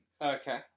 Okay